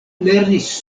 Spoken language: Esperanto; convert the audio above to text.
lernis